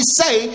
say